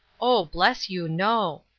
oh, bless you, no!